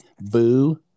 Boo